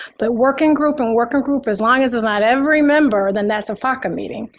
but working group and working group as long as it's not every member, then that's a faca meeting.